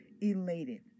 elated